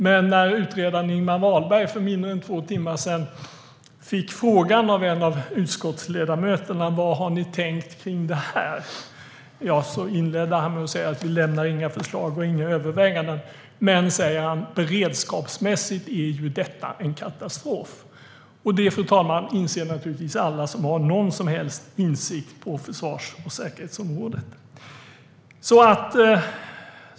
Men när utredaren Ingemar Wahlberg för mindre än två timmar sedan fick frågan av en av utskottsledamöterna vad man hade tänkt kring det här inledde han med att säga: Vi lämnar inga förslag och inga överväganden, men beredskapsmässigt är ju detta en katastrof. Och det, fru talman, inser naturligtvis alla som har någon som helst insikt på försvars och säkerhetsområdet.